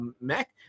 Mac